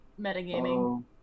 metagaming